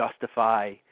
justify